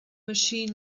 machine